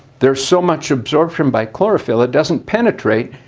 there's so much absorption by chlorophyll it doesn't penetrate.